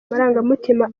amarangamutima